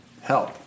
Help